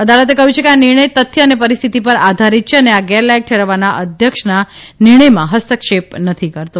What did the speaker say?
અદાલતે કહ્યુ કે આ નિર્ણય તથ્ય અને પરિસ્થિતિ પર આધારિત છે અને આ ગેરલાયક ઠેરવવાના અધ્યક્ષના નિર્ણયમાં હસ્તક્ષેપ નથી કરતો